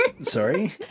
Sorry